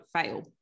fail